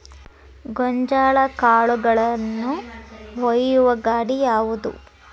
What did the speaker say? ಗೋಂಜಾಳ ಕಾಳುಗಳನ್ನು ಒಯ್ಯುವ ಗಾಡಿ ಯಾವದು?